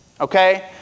okay